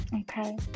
Okay